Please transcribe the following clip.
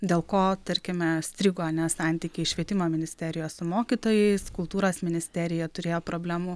dėl ko tarkime strigo a ne santykiai švietimo ministerijos su mokytojais kultūros ministerija turėjo problemų